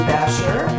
Basher